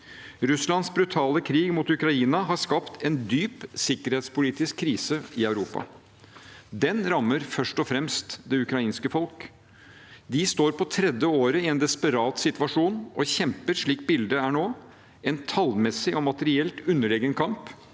Russlands brutale krig mot Ukraina har skapt en dyp sikkerhetspolitisk krise i Europa. Den rammer først og fremst det ukrainske folk. De står på tredje året i en desperat situasjon, og kjemper – slik bildet er nå – en tallmessig og materielt underlegen kamp